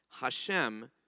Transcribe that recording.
Hashem